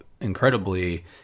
incredibly